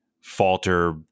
falter